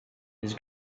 his